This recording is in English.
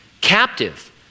Captive